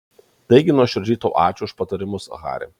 taigi nuoširdžiai tau ačiū už patarimus hari